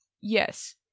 Yes